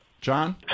John